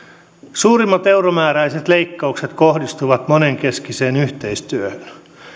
suurimmat euromääräiset leikkaukset kohdistuvat monenkeskiseen yhteistyöhön